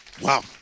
Wow